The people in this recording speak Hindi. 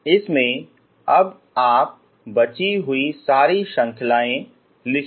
इसमें अब आप बची हुई सारी श्रंखलाएँ लिखिए